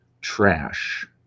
trash